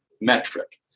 metric